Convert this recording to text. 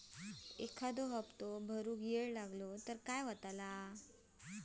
एखादो हप्तो भरुक वेळ लागलो तर काय होतला?